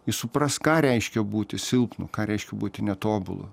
jis supras ką reiškia būti silpnu ką reiškia būti netobulu